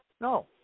no